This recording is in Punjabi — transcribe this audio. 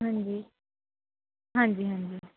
ਹਾਂਜੀ ਹਾਂਜੀ ਹਾਂਜੀ